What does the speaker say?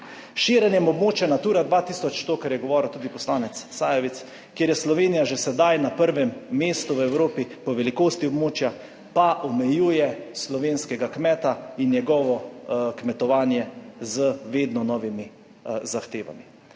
širjenjem območja Natura 2000, to kar je govoril tudi poslanec Sajovic, kjer je Slovenija že sedaj na prvem mestu v Evropi po velikosti območja, pa omejuje slovenskega kmeta in njegovo kmetovanje z vedno novimi zahtevami.